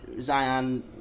Zion